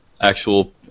actual